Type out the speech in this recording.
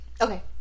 Okay